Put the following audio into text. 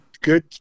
good